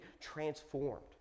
transformed